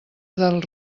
del